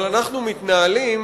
אבל אנחנו מתנהלים